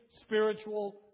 spiritual